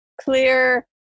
clear